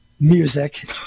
Music